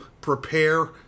prepare